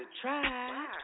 try